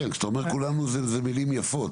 כשאתה אומר כולנו, אלה מילים יפות.